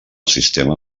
sistema